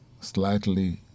slightly